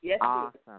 awesome